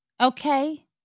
Okay